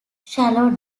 shallow